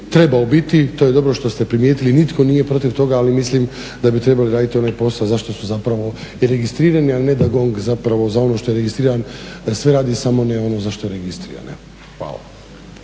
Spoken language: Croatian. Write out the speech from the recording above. trebao biti i to je dobro što ste primijetili, nitko nije protiv toga ali mislim da bi trebali raditi onaj posao za što su zapravo i registrirani a ne da GONG za ono što je registriran sve radi samo ne ono za što je registriran. Hvala.